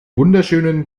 wunderschönen